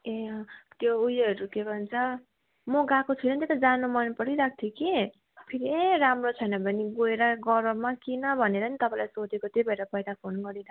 ए अँ त्यो उयोहरू के भन्छ म गएको छुइनँ नि त जानु मन परिरहेको थियो कि फेरि ए राम्रो छैन भने गएर गरममा किन भनेर नि तपाईँलाई सोधेको त्यही भएर पहिला फोन गरेर